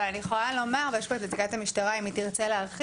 אבל אני יכולה לומר ויש פה את נציגת המשטרה אם היא תרצה להרחיב,